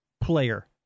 player